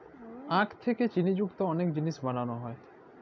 আখ থ্যাকে চিলি যুক্ত অলেক জিলিস বালালো হ্যয়